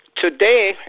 Today